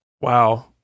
wow